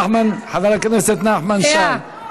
חבר הכנסת נחמן שי, אנא.